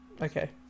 okay